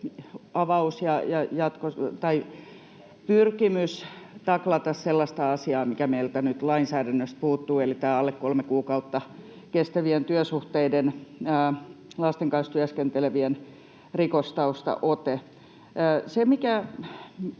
avaus ja pyrkimys taklata sellaista asiaa, mikä meiltä nyt lainsäädännöstä puuttuu eli tämä alle kolme kuukautta kestävissä työsuhteissa lasten kanssa työskentelevien rikostaustaote.